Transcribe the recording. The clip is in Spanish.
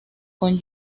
con